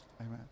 Amen